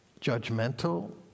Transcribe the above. judgmental